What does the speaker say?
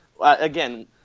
again